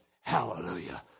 Hallelujah